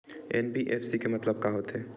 NBFC के मतलब का होथे?